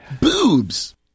boobs